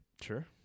Sure